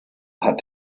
hat